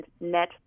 net